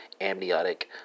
amniotic